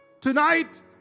Tonight